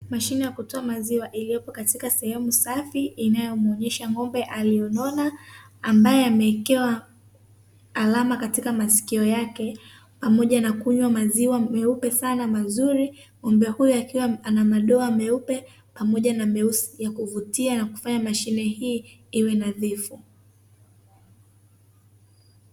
Mashine ya kutoa maziwa iliopo katika sehemu safi, inayomuonesha ng'ombe aliyenona, ambaye amewekewa alama katika masikio yake, pamoja na kunywa maziwa meupe sana mazuri. Ng'ombe huyu akiwa ana madoa meupe pamoja na meusi ya kuvutia ya kufanya mashine hii iwe nadhifu.